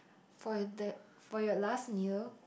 for your dad for your last meal